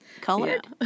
colored